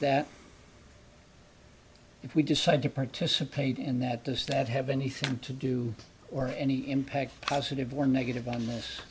that we decide to participate in that those that have anything to do or any impact positive or negative on this